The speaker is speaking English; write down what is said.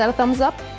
so thumbs up?